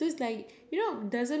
what is your probation